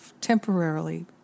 temporarily